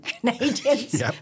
Canadians